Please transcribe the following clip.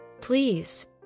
Please